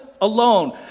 alone